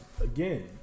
Again